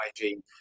hygiene